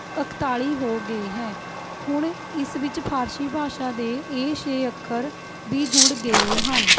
ਇੱਕਤਾਲ਼ੀ ਹੋ ਗਏ ਹੈ ਹੁਣ ਇਸ ਵਿੱਚ ਫਾਰਸੀ ਭਾਸ਼ਾ ਦੇ ਇਹ ਛੇ ਅੱਖਰ ਵੀ ਜੁੜ ਗਏ ਹਨ